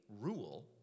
rule